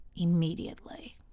immediately